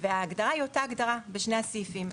וההגדרה היא אותה הגדרה בשני הסעיפים.